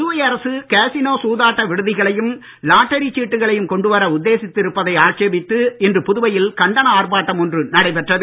புதுவை அரசு காசினோ சூதாட்ட விடுதிகளையும் லாட்டரி சீட்டுகளையும் கொண்டு வர உத்தேசித்து இருப்பதை ஆட்சேபித்து இன்று புதுவையில் கண்டன ஆர்ப்பாட்டம் ஒன்று நடைபெற்றது